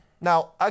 now